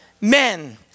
men